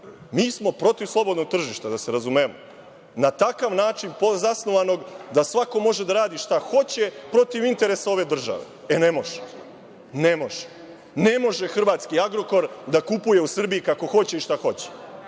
Mi smo protiv slobodnog tržišta da se razumemo, na takav način zasnovanom da svako može da radi šta hoće protiv interesa ove države. E, ne može. Ne može. Ne može hrvatski „Agrokor“ da kupuje u Srbiji kako hoće i šta hoće.